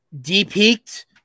de-peaked